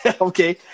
Okay